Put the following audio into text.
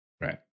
Right